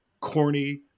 corny